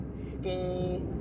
stay